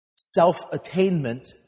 self-attainment